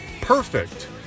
perfect